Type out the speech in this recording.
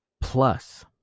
plus